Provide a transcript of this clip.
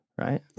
right